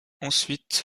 ensuite